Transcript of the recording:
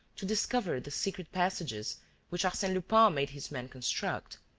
to discover the secret passages which arsene lupin made his men construct.